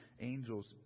angels